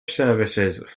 services